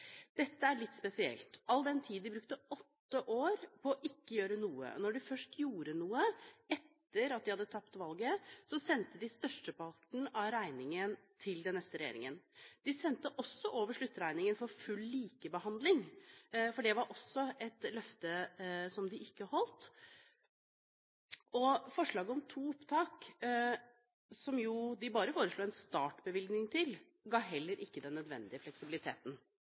brukte åtte år på ikke å gjøre noe, og når de først gjorde noe – etter å ha tapt valget – sendte de størsteparten av regningen til den neste regjeringen. De sendte også over sluttregningen for full likebehandling, for det var også et løfte som de ikke holdt. Og forslaget om to opptak, som de jo bare foreslo en startbevilgning til, ga heller ikke den nødvendige fleksibiliteten.